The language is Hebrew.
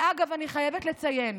אגב, אני חייבת לציין,